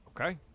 Okay